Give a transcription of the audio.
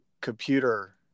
computer